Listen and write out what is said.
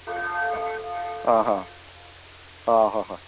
ꯑꯥ ꯍꯥ ꯑꯥ ꯍꯣꯏ ꯍꯣꯏ